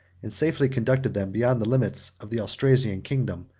and safely conducted them beyond the limits of the austrasian kingdom,